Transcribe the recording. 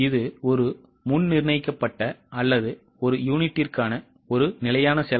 இது ஒரு முன் நிர்ணயிக்கப்பட்ட அல்லது ஒரு யூனிட்டிற்கான ஒரு நிலையான செலவு